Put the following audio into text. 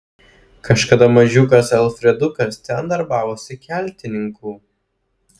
kažkada mažiukas alfredukas ten darbavosi keltininku